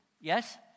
Yes